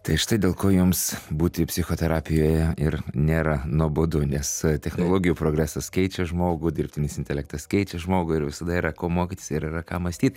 tai štai dėl ko jums būti psichoterapijoje ir nėra nuobodu nes technologijų progresas keičia žmogų dirbtinis intelektas keičia žmogų ir visada yra ko mokytis ir yra ką mąstyt